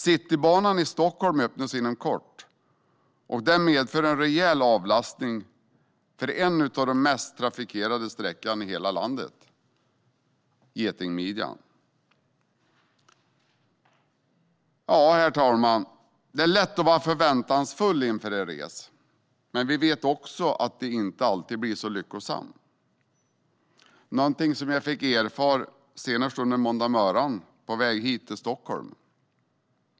Citybanan i Stockholm öppnas inom kort, och den medför en rejäl avlastning för en av de mest trafikerade sträckorna i hela landet - getingmidjan. Herr talman! Det är lätt att vara förväntansfull inför en resa. Men vi vet också att resan inte alltid blir så lyckosam. Det är någonting som jag fick erfara senast i måndags morse på väg hit till Stockholm.